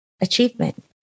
achievement